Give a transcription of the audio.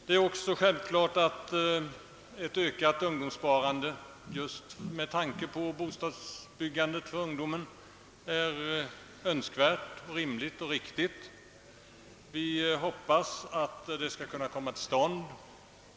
Det är också självklart att ett ökat ungdomssparande just med tanke på bostadsbyggande för ungdomen är rimligt och riktigt. Vi hoppas att det skall kunna komma till stånd.